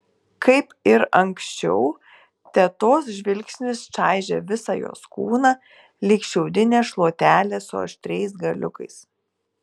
kaip ir anksčiau tetos žvilgsnis čaižė visą jos kūną lyg šiaudinė šluotelė su aštriais galiukais